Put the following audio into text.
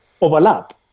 overlap